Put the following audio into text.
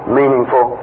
meaningful